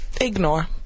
Ignore